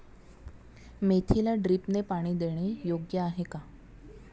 मेथीला ड्रिपने पाणी देणे योग्य आहे का?